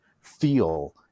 feel